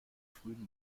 frühen